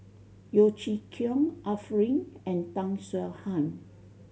Yeo Chee Kiong Arifin and Tan Swie Hian